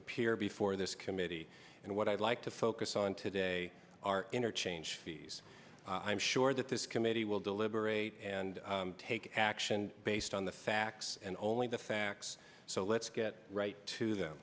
appear before this committee and what i'd like to focus on today are interchange fees i'm sure that this committee will deliberate and take action based on the facts and only the facts so let's get right to the